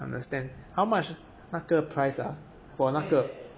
understand how much 那个 price ah for 那个